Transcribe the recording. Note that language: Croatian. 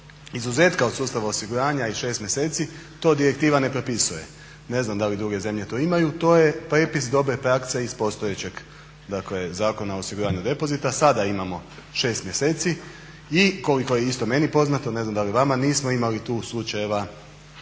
izuzetka od sustava osiguranja i 6 mjeseci, to direktiva ne propisuje. Ne znam da li druge zemlje to imaju, to je prijepis dobre prakse iz postojećeg, dakle Zakona o osiguranju depozita. Sada imamo 6 mjeseci i koliko je isto meni poznato, ne znam da li vama, nismo imali tu slučajeva